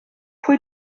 pwy